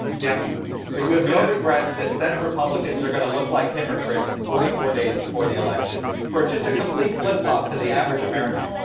yeah. but you have no regrets that senate republicans are going to look like hypocrites forty four days before the election for just a complete flip-flop to the average american.